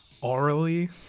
orally